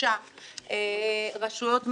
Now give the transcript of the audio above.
רשויות מקומיות,